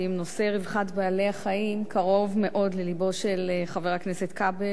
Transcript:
נושא רווחת בעלי-החיים קרוב מאוד ללבו של חבר הכנסת כבל,